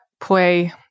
play